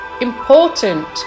important